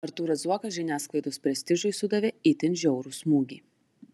artūras zuokas žiniasklaidos prestižui sudavė itin žiaurų smūgį